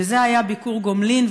וזה היה ביקור גומלין.